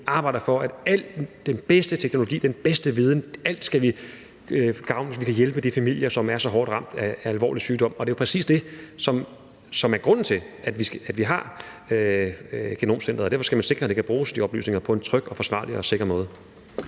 arbejder for, altså at den bedste teknologi, den bedste viden, alt skal tages i anvendelse, hvis det kan være til gavn og hjælpe de familier, som er så hårdt ramt af alvorlig sygdom. Det er jo præcis det, som er grunden til, at vi har Nationalt Genom Center, og derfor skal man sikre, at de oplysninger kan bruges på en tryg, forsvarlig og sikker måde.